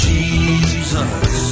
Jesus